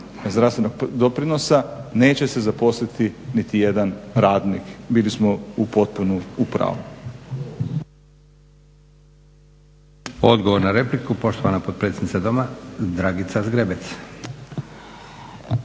zdravstvenog doprinosa neće se zaposliti niti jedan radnik. Bili smo u potpuno u pravu.